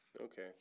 Okay